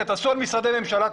תעשו על משרדי ממשלה,